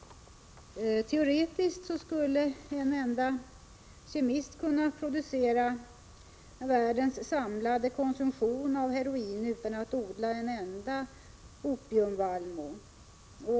Teoretiskt skulle en enda kemist kunna producera tillräckligt för världens samlade konsumtion av heroin utan att odla en enda opiumvallmo.